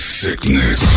sickness